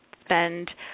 spend